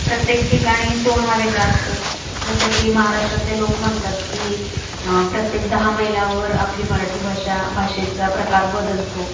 प्रत्येक ठिकाणी टोन हा वेगळा असतो जसं की महाराष्ट्रातले लोक म्हणतात की प्रत्येक दहा मैलावर आपली मराठी भाषा भाषेचा प्रकार बदलतो